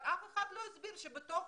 אבל אף אחד לא הסביר שבתוך